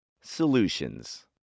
Solutions